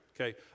Okay